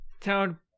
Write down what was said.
town